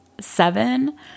Seven